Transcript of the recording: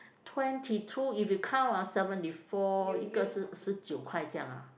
twenty two if you count ah seventy four 一个是十九块这样 ah